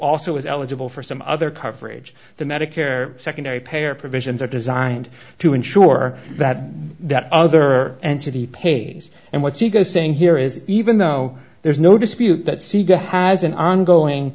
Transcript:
also is eligible for some other coverage the medicare secondary payer provisions are designed to ensure that that other entity pays and what she goes saying here is even though there's no dispute that siga has an ongoing